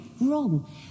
wrong